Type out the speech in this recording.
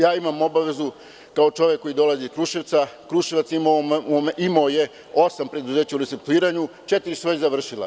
Ja imam obavezu kao čovek koji dolazi iz Kruševca, Kruševac je imao osam preduzeća u restrukturiranju, četiri su već završila.